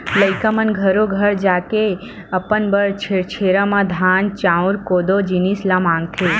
लइका मन घरो घर जाके अपन बर छेरछेरा म धान, चाँउर, कोदो, जिनिस ल मागथे